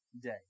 day